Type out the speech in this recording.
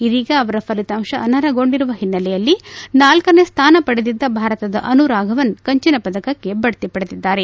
ಇದೀಗ ಅವರ ಫಲಿತಾಂಶ ಅನರ್ಹಗೊಂಡಿರುವ ಹಿನ್ನೆಲೆಯಲ್ಲಿ ನಾಲ್ಕನೇ ಸ್ಥಾನ ಪಡೆದಿದ್ದ ಭಾರತದ ಅನು ರಾಘವನ್ ಕಂಚನ ಪದಕಕ್ಕೆ ಬಡ್ತಿ ಪಡೆದಿದ್ದಾರೆ